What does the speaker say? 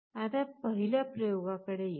आता पहिल्या प्रयोगाकडे येऊ